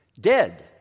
Dead